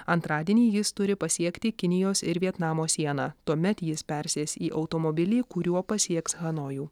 antradienį jis turi pasiekti kinijos ir vietnamo sieną tuomet jis persės į automobilį kuriuo pasieks hanojų